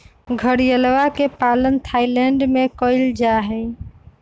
घड़ियलवा के पालन थाईलैंड में कइल जाहई